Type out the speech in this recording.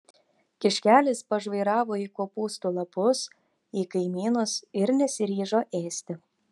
kiškelis pažvairavo į kopūstų lapus į kaimynus ir nesiryžo ėsti